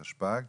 התשפ"ג,